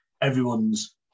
Everyone's